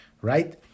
right